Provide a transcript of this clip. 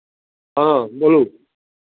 हँ बोलू